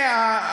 הנה,